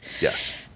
Yes